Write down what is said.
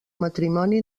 matrimoni